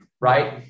right